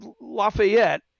Lafayette